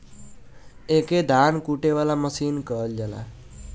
एके धान कूटे वाला मसीन कहल जाला